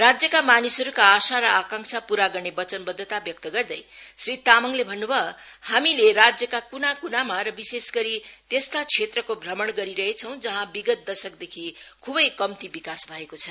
राज्यका मानिसहरूका आशा र आकांक्षा पूरा गर्ने वचनबदधता व्यक्त गर्दै श्री तामाङले अन्नु भयो हामी राज्यका क्ना क्नामा र विशेष गरी त्यस्ता क्षेत्रको भ्रमण गरिरहेछौं जहाँ विगत दशकदेखि खुबै कम्ती विकास भएको छ